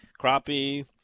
crappie